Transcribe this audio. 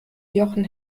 jochen